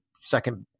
second